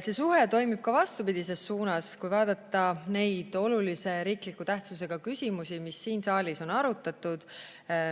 See suhe toimib ka vastupidises suunas. Kui vaadata neid olulise tähtsusega riiklikke küsimusi, mida siin saalis on arutatud,